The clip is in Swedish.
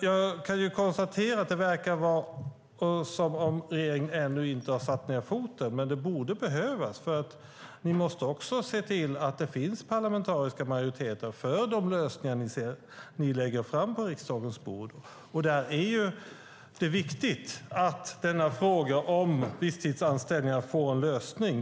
Jag kan konstatera att det verkar som om regeringen ännu inte har satt ned foten, men det borde behövas, för ni måste också se till att det finns en parlamentarisk majoritet för de lösningar som ni lägger fram på riksdagens bord. Det är viktigt att denna fråga om visstidsanställningar får en lösning.